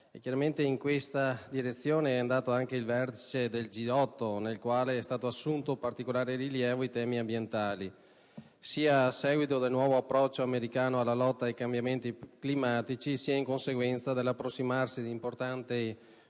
dell'umanità e in questa direzione è andato anche il recente vertice del G8. In tale sede, hanno assunto particolare rilievo i temi ambientali, sia a seguito del nuovo approccio americano alla lotta ai cambiamenti climatici, sia in conseguenza dell'approssimarsi di importanti scadenze